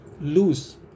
lose